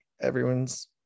everyone's